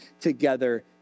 together